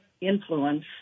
influence